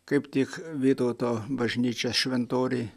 kaip tik vytauto bažnyčios šventoriuj